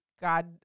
God